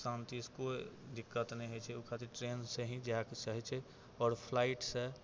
शान्तिसँ कोइ दिक्कत नहि होइ छै ओहि खातिर ट्रेनसँ ही जाइके चाहै छै आओर फ्लाइटसँ